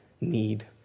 need